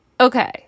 Okay